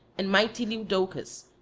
and mighty leodocus,